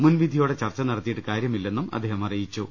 മുൻവിധിയോടെ ചർച്ച നടത്തിയിട്ട് കാര്യമില്ലെന്നും അദ്ദേഹം പറഞ്ഞു